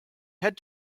head